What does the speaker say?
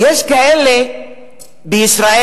יש כאלה בישראל,